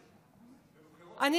בפריימריז, בבחירות, נבחר על ידי העם.